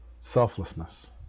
selflessness